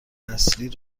نسلی